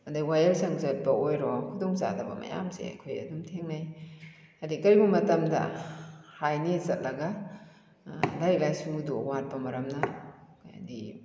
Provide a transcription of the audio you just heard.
ꯑꯗꯩ ꯋꯥꯌꯦꯜꯁꯪ ꯆꯠꯄ ꯑꯣꯏꯔꯣ ꯈꯨꯗꯣꯡꯆꯥꯗꯕ ꯃꯌꯥꯝꯁꯦ ꯑꯩꯈꯣꯏ ꯑꯗꯨꯝ ꯊꯦꯡꯅꯩ ꯑꯗꯩ ꯀꯔꯤꯒꯨꯝꯕ ꯃꯇꯝꯗ ꯍꯥꯏꯅꯦ ꯆꯠꯂꯒ ꯂꯥꯏꯔꯤꯛ ꯂꯥꯏꯁꯨꯗꯨ ꯋꯥꯠꯄ ꯃꯔꯝꯅ ꯍꯥꯏꯗꯤ